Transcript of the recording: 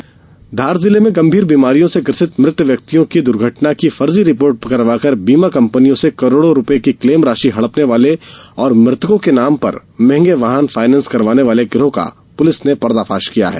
फर्जी रिर्पोट धार जिले में गंभीर बीमारीयों से ग्रसित मृत व्यक्तियों की दुर्घटना की फर्जी रिर्पोट करवाकर बीमा कम्पनियों से करोडो रूपये की क्लेम राशि हडपने वाले और मृतको के नाम महगें वाहन फाइनेंस करवाने वाले गिरोह का पुलिस ने पर्दाफाश किया है